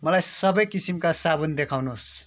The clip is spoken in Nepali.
मलाई सबै किसिमका साबुन देखाउनुहोस्